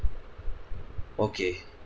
okay